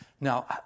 Now